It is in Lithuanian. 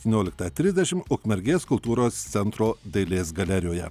septynioliktą trisdešimt ukmergės kultūros centro dailės galerijoje